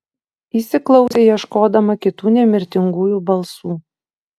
įsiklausė ieškodama kitų nemirtingųjų balsų